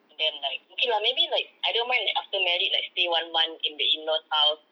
and then like okay lah maybe like I don't mind like after married like stay one month in the in-laws house